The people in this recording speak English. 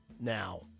now